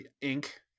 ink